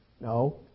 No